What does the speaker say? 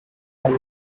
had